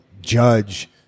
judge